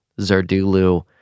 Zardulu